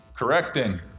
Correcting